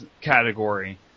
category